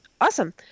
Awesome